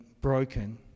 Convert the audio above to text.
broken